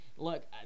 Look